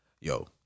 yo